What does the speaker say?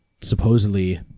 supposedly